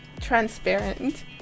transparent